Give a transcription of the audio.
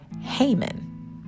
Haman